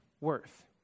worth